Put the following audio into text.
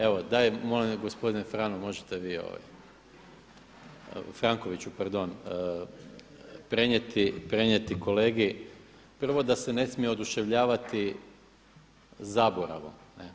Evo dajte, molim vas gospodine Frano možete vi, Frankoviću, pardon, prenijeti kolegi, prvo da se ne smije oduševljavati zaboravom.